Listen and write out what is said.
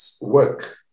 work